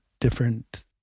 different